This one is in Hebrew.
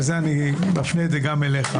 ואת זה אני מפנה גם אליך.